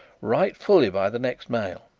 write fully by the next mail.